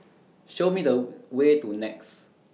Show Me The Way to Nex